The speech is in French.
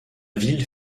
ville